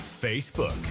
Facebook